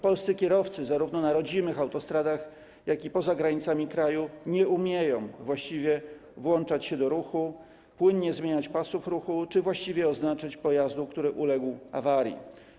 Polscy kierowcy zarówno na rodzimych autostradach, jak i poza granicami kraju nie umieją właściwie włączać się do ruchu, płynnie zmieniać pasów ruchu czy właściwie oznaczyć pojazdu, który uległ awarii.